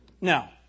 Now